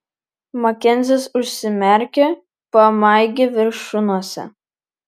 makenzis užsimerkė pamaigė viršunosę